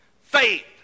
Faith